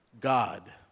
God